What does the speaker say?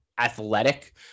athletic